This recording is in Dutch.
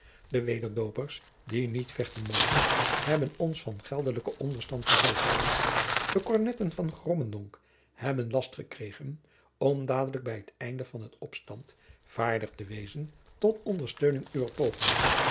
de wederdoopers die niet vechten mogen hebben jacob van lennep de pleegzoon ons van geldelijken onderstand verzekerd de kornetten van grobbendonck hebben last gekregen om dadelijk bij het einde van het bestand vaardig te wezen tot ondersteuning uwer pogingen